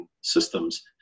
systems